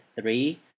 three